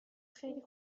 خیلی